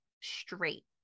straight